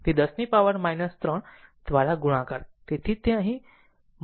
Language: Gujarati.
તેથી 10 ની પાવર 3 દ્વારા ગુણાકાર તેથી જ તે અહીં મલ્ટિ dt છે